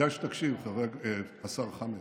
אתה תקבל מדליית זהב על דמגוגיה, בזה אין שום ספק.